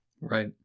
Right